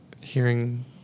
hearing